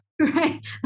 right